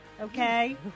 okay